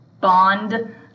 bond